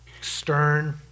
Stern